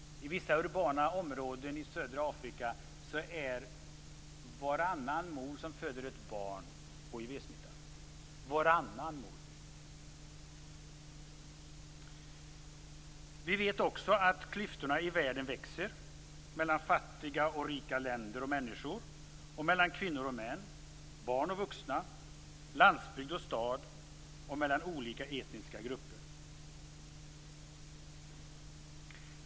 I vissa urbana områden i södra Afrika är varannan mor som föder ett barn hivsmittad. Vi vet också att klyftorna i världen växer mellan fattiga och rika länder och människor, mellan kvinnor och män, mellan barn och vuxna, mellan landsbygd och stad och mellan olika etniska grupper.